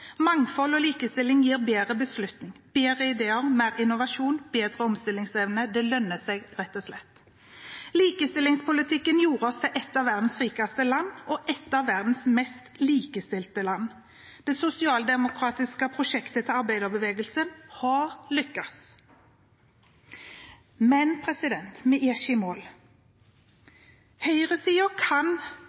Mangfold og likestilling gir bedre beslutninger, bedre ideer, mer innovasjon, bedre omstillingsevne. Det lønner seg, rett og slett. Likestillingspolitikken gjorde oss til et av verdens rikeste land og et av verdens mest likestilte land. Det sosialdemokratiske prosjektet til arbeiderbevegelsen har lyktes. Men vi er ikke i mål. Høyresiden kan